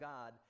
God